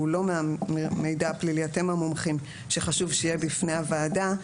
לא מהמידע הפלילי שחשוב שיהיה בפני הוועדה,